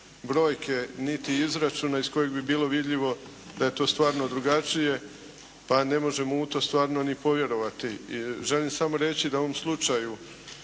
brojke niti izračuna iz kojeg bi bilo vidljivo da je to stvarno drugačije pa ne možemo u to stvarno ni povjerovati. I želim samo reći da bi u ovom slučaju